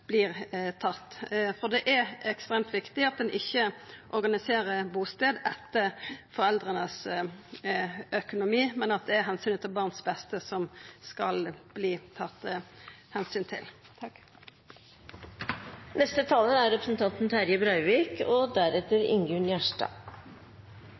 Det er ekstremt viktig at ein ikkje organiserer bustad etter foreldra sin økonomi, men at det er kva som er det beste for barnet, det skal takast omsyn til.